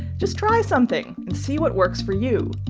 just try something and see what works for you.